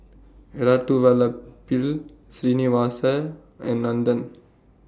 Elattuvalapil Srinivasa and Nandan